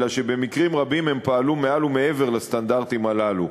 אלא שבמקרים רבים הם פעלו מעל ומעבר לסטנדרטים הללו.